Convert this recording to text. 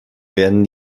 werden